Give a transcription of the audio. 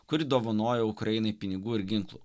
kuri dovanoja ukrainai pinigų ir ginklų